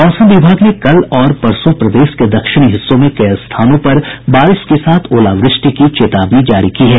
मौसम विभाग ने कल और परसों प्रदेश के दक्षिणी हिस्सों में कई स्थानों पर बारिश के साथ ओलावृष्टि की चेतावनी जारी की है